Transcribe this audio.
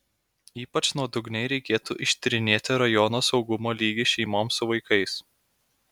ypač nuodugniai reikėtų ištyrinėti rajono saugumo lygį šeimoms su vaikais